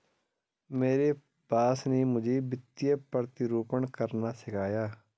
मेरे बॉस ने मुझे वित्तीय प्रतिरूपण करना सिखाया